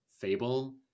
fable